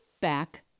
back